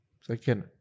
second